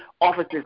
offices